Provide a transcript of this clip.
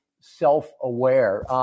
self-aware